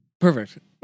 Perfect